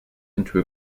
into